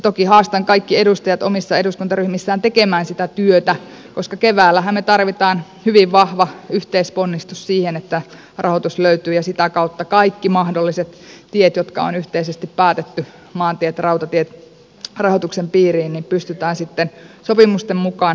toki haastan kaikki edustajat omissa eduskuntaryhmissään tekemään sitä työtä koska keväällähän me tarvitsemme hyvin vahvan yhteisponnistuksen siihen että rahoitus löytyy ja sitä kautta kaikki mahdolliset tiet jotka on yhteisesti päätetty maantiet rautatiet saada rahoituksen piiriin pystytään sitten sopimusten mukaan toteuttamaan